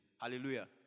Hallelujah